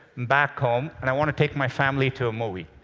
back home, and i want to take my family to a movie.